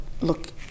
look